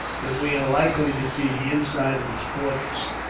that we are likely to see the inside of his fortress.